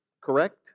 correct